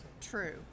True